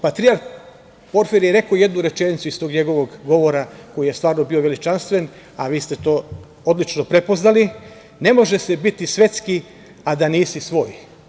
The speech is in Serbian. Patrijarh Porfirije je rekao jednu rečenicu iz tog njegovog govora, koji je stvarno bio veličanstven, a vi ste to odlično prepoznali – Ne može se biti svetski, a da nisi svoj.